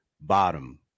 bottom